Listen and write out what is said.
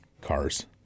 cars